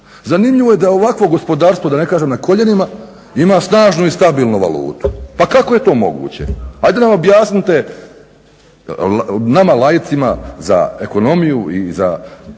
Zanimljivo je da ovakvo gospodarstvo da ne kažem na koljenima ima snažnu i stabilnu valutu. Pa kako je to moguće? Ajde nam objasnite nama laicima za ekonomiju i za